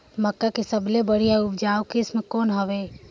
मक्का के सबले बढ़िया उपजाऊ किसम कौन हवय?